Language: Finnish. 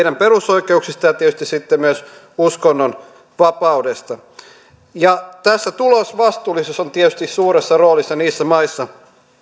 perusoikeuksistaan ja tietysti sitten myös uskonnonvapaudesta tässä tulosvastuullisuus on tietysti suuressa roolissa niissä maissa